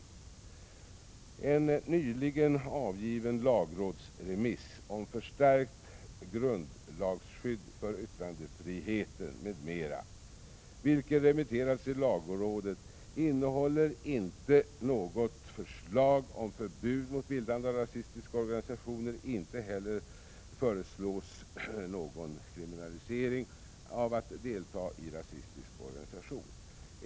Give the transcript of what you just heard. En nyligen avgiven lagrådsremiss om förstärkt grundlagsskydd för yttrandefriheten m.m. innehåller inte något förslag om förbud mot bildande av rasistiska organisationer. Inte heller föreslås någon kriminalisering av deltagande i en rasistisk organisation.